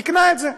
תיקנה את זה.